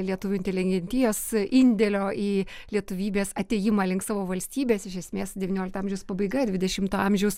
lietuvių inteligentijos indėlio į lietuvybės atėjimą link savo valstybės iš esmės devyniolikto amžiaus pabaiga dvidešimto amžiaus